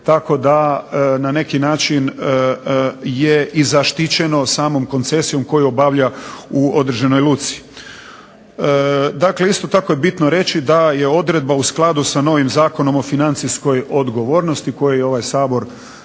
tako da na neki način je i zaštićeno samom koncesijom koju obavlja u određenoj luci. Dakle, isto tako je bitno reći da je odredba u skladu sa novim Zakonom o financijskoj odgovornosti koju je ovaj Sabor